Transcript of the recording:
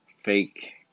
fake